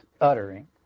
uttering